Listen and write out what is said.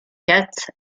cats